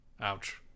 ouch